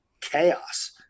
chaos